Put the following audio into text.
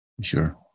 Sure